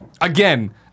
again